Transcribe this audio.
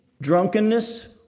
drunkenness